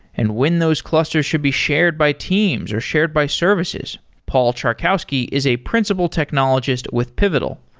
and when those clusters should be shared by teams, or shared by services paul czarkowski is a principal technologist with pivotal.